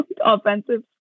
offensive